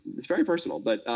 it's very personal. but